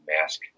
mask